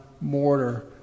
mortar